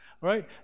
right